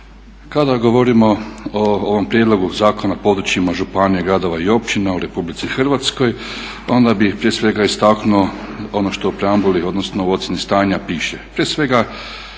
Kada govorimo o ovom Prijedlogu Zakona o područjima županija, gradova i općina u Republici Hrvatskoj onda bih prije svega istaknuo ono što u preambuli, odnosno u ocjeni stanja piše.